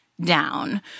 down